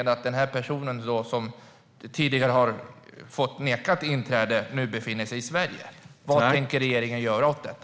Den här personen, som tidigare har nekats inträde, befinner sig, trots listan, i Sverige. Vad tänker regeringen göra åt detta?